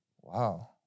Wow